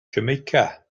jamaica